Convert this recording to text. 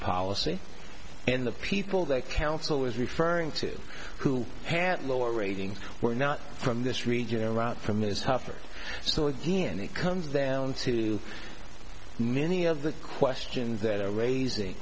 policy and the people that counsel was referring to who had lower ratings were not from this region around from those tougher so again it comes down to many of the questions that are raising